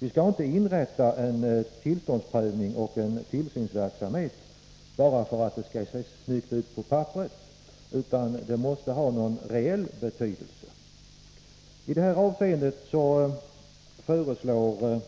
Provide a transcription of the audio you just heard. Vi skall inte inrätta en tillståndsprövning och tillsynsverksamhet bara för att det skall se snyggt ut på papperet utan det måste ha en reell betydelse. I detta avseende föreslår